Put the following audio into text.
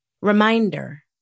reminder